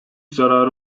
zarara